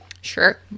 Sure